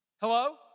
Hello